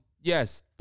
yes